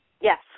Yes